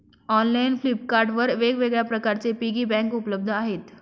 online Flipkart वर वेगवेगळ्या प्रकारचे पिगी बँक उपलब्ध आहेत